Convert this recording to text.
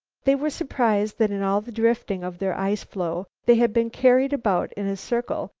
they were surprised that in all the drifting of their ice-floe they had been carried about in a circle,